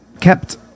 kept